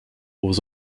was